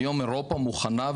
היום אירופה מוכנה,